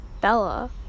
Bella